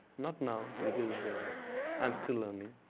not now, because i'm still learning.